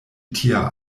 tia